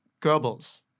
goebbels